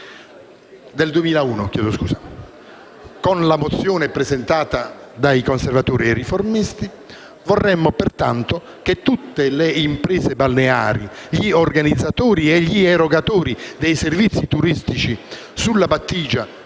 del 2001. Con la mozione presentata dai Conservatori e Riformisti vorremmo pertanto che tutte le imprese balneari, gli organizzatori e gli erogatori dei servizi turistici sulla battigia